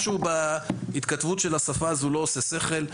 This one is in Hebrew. משהו בהתכתבות של השפה הזאת לא עושה שכל,